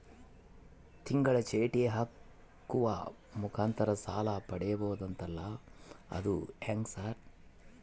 ತಿಂಗಳ ಚೇಟಿ ಹಾಕುವ ಮುಖಾಂತರ ಸಾಲ ಪಡಿಬಹುದಂತಲ ಅದು ಹೆಂಗ ಸರ್?